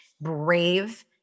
brave